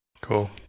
Cool